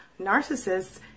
narcissists